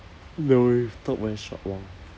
no we talk very short while